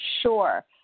sure